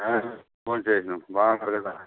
భోం చేసినాం బాగున్నారు కదా